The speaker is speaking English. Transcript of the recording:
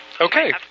Okay